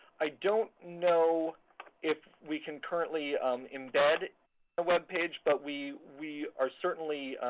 i don't know if we can currently embed the web page, but we we are certainly